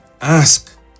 ask